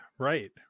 Right